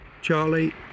Charlie